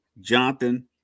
Jonathan